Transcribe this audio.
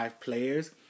players